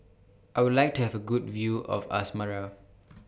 I Would like to Have A Good View of Asmara